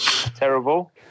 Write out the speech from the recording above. Terrible